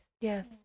Yes